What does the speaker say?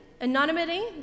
anonymity